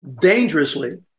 dangerously